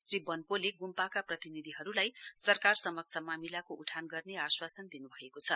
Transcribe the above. श्री वन्पोले ग्म्पाका प्रतिनिधिहरूलाई सरकारसमक्ष मामिलाको उठान गर्ने आश्वासन दिन् भएको छ